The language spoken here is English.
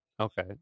Okay